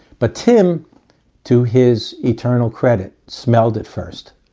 but tim to his eternal credit smelled it first.